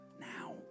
now